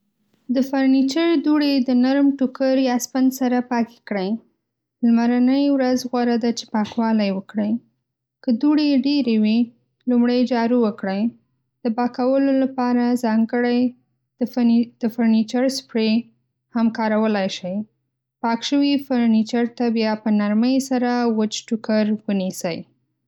د فرنیچر دوړې د نرم ټوکر یا سپنج سره پاکې کړئ. لمرنی ورځ غوره ده چې پاکوالی وکړئ. که دوړې ډېرې وي، لومړی جارو وکړئ. د پاکولو لپاره ځانګړی د فرني - د فرنیچر سپرې هم کارولای شئ. پاک شوي فرنیچر ته بیا په نرمۍ سره وچ ټوکر ونیسئ.